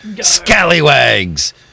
Scallywags